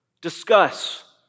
Discuss